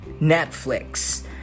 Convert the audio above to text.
Netflix